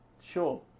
Sure